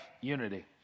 unity